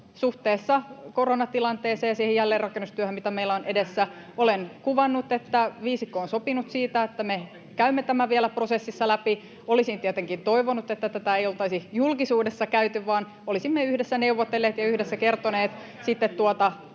suhteessa koronatilanteeseen ja siihen jälleenrakennustyöhön, mikä meillä on edessä. Olen kuvannut, että viisikko on sopinut siitä, että me käymme tämän vielä prosessissa läpi. Olisin tietenkin toivonut, että tätä ei oltaisi julkisuudessa käyty vaan että olisimme yhdessä neuvotelleet ja yhdessä kertoneet sitten tuosta